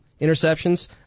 Interceptions